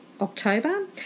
October